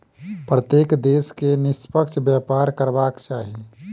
प्रत्येक देश के निष्पक्ष व्यापार करबाक चाही